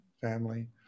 family